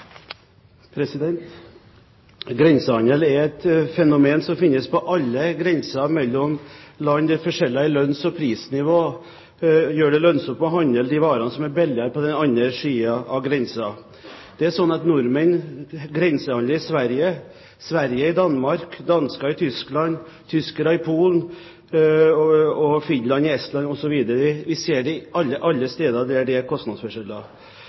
Grensehandel er et fenomen som finnes på alle grenser mellom land der forskjeller i lønns- og prisnivå gjør det lønnsomt å handle de varene som er billigere på den andre siden av grensen. Det er slik at nordmenn grensehandler i Sverige, svensker i Danmark, dansker i Tyskland, tyskere i Polen, finner i Estland, osv. Vi ser det alle steder der det er kostnadsforskjeller.